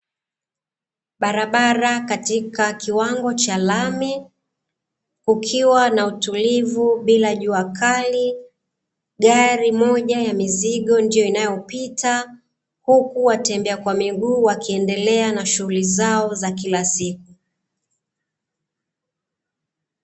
Barabara katika kiwango cha lami, kukiwa na utulivu bila jua kali. Gari moja ya mizigo ndio inayopita, huku watembea kwa miguu wakiendelea na shughuli zao za kila siku.